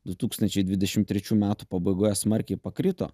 du tūkstančiai dvidešim trečių metų pabaigoje smarkiai pakrito